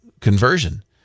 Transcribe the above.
conversion